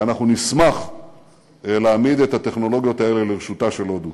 ואנחנו נשמח להעמיד את הטכנולוגיות האלה לרשותה של הודו.